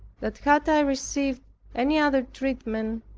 that had i received any other treatment,